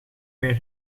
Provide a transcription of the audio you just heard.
weer